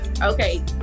okay